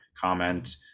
comment